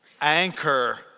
Anchor